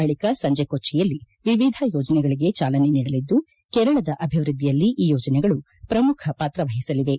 ಬಳಿಕ ಸಂಜೆ ಕೊಟ್ಟಿಯಲ್ಲಿ ಅವರು ವಿವಿಧ ಯೋಜನೆಗಳಿಗೆ ಚಾಲನೆ ನೀಡಲಿದ್ದು ಕೇರಳದ ಅಭಿವೃದ್ಧಿಯಲ್ಲಿ ಈ ಯೋಜನೆಗಳು ಪ್ರಮುಖ ಪಾತ್ರ ವಹಿಸಲಿವೆ